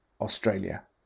Australia